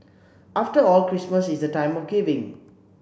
after all Christmas is the time of giving